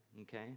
okay